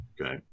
Okay